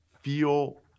feel